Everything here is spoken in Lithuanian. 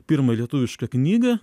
pirmą lietuvišką knygą